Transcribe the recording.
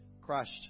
crushed